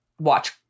watch